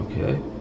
Okay